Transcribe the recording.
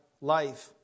life